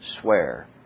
swear